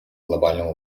глобального